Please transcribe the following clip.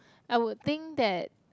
I would think that